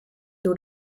door